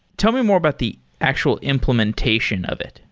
tell me more about the actual implementation of it.